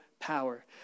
power